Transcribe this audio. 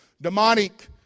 demonic